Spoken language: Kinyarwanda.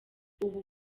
ubu